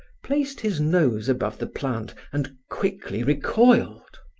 placed his nose above the plant and quickly recoiled.